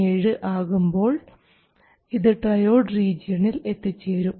17 ആകുമ്പോൾ ഇത് ട്രയോഡ് റീജിയണിൽ എത്തിച്ചേരും